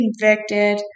convicted